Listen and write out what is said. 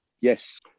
Yes